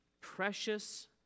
Precious